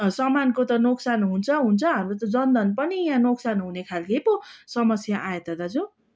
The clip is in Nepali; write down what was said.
सामानको त नोक्सान हुन्छ हुन्छ हाम्रो त जनधन पनि यहाँ नोक्सान हुने खालको पो समस्या आयो त दाजु